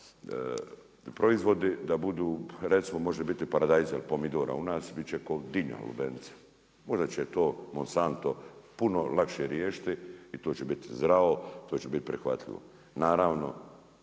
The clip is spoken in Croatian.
proizvodi, da budu, recimo može biti paradajza ili pomidora u nas, biti će kao dinja, lubenica. Možda će to Monsanto puno lakše riješiti i to će biti zdravo, to će biti prihvatljivo. Naravno